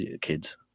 kids